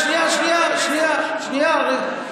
שנייה, שנייה, שנייה, שנייה, עודד.